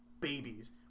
babies